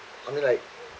I mean like